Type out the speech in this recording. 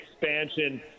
expansion